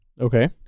Okay